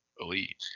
elite